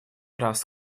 раз